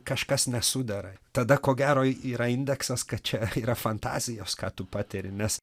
kažkas nesudera tada ko gero yra indeksas kad čia yra fantazijos ką tu patiri nes